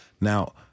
Now